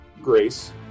grace